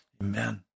Amen